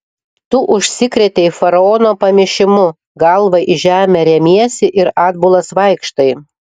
tu užsikrėtei faraono pamišimu galva į žemę remiesi ir atbulas vaikštai